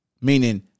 meaning